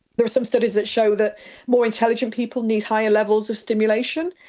there are some studies that show that more intelligent people need higher levels of stimulation,